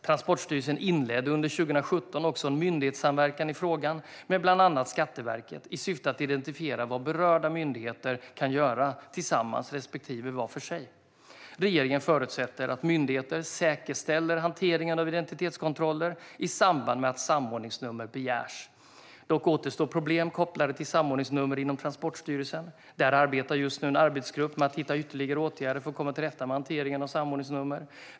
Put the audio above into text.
Transportstyrelsen inledde under 2017 också en myndighetssamverkan i frågan med bland annat Skatteverket, i syfte att identifiera vad berörda myndigheter kan göra tillsammans respektive var för sig. Regeringen förutsätter att myndigheter säkerställer hanteringen av identitetskontroller i samband med att samordningsnummer begärs. Dock återstår problem kopplade till samordningsnummer inom Transportstyrelsen. Där arbetar just nu en arbetsgrupp med att hitta ytterligare åtgärder för att komma till rätta med hanteringen av samordningsnummer.